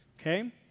okay